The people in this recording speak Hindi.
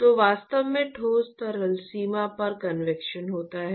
तो वास्तव में ठोस तरल सीमा पर कन्वेक्शन होता है